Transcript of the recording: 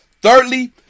Thirdly